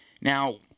Now